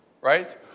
right